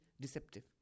deceptive